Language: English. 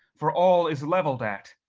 for all is leveled at.